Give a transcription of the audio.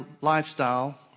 lifestyle